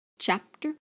Chapter